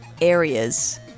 areas